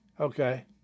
okay